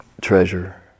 treasure